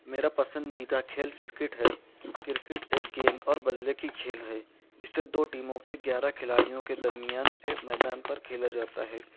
میرا پسندیدہ کھیل کرکٹ ہے کرکٹ ایک گیند اور بلے کی کھیل ہے جسے دو ٹیموں کے گیارہ کھلاڑیوں کے درمیان ایک میدان پر کھیلا جاتا ہے